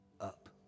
up